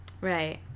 Right